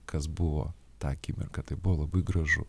kas buvo tą akimirką tai buvo labai gražu